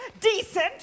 decent